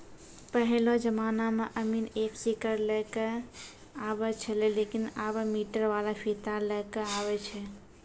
पहेलो जमाना मॅ अमीन एक सीकड़ लै क आबै छेलै लेकिन आबॅ मीटर वाला फीता लै कॅ आबै छै